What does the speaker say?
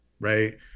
right